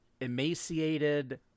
Emaciated